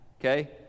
Okay